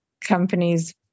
companies